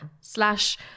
slash